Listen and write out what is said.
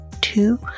two